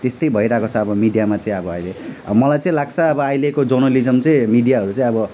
त्यस्तै भइरहेको छ अब मिडियामा चाहिँ अब अहिले अब मलाई चाहिँ लाग्छ अब अहिलेको जर्नलिज्म चाहिँ मिडियाहरू चाहिँ अब